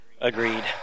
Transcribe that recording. Agreed